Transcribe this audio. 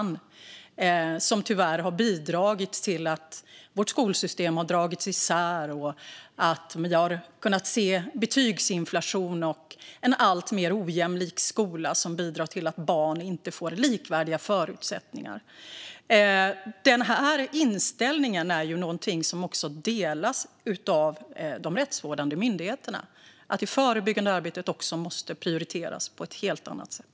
Den har tyvärr bidragit till att vårt skolsystem har dragits isär, vilket har inneburit betygsinflation och en alltmer ojämlik skola. Detta bidrar till att barn inte får likvärdiga förutsättningar. Den här inställningen är också någonting som delas av de rättsvårdande myndigheterna, det vill säga att det förebyggande arbetet måste prioriteras på ett helt annat sätt.